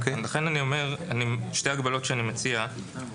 לכן אני אומר ששתי ההגבלות שאני מציע הן,